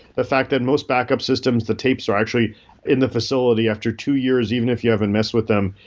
the fact that most backup systems, the tapes are actually in the facility after two years even if you haven't messed with them,